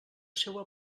seua